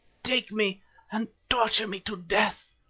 take me and torture me to death,